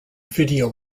video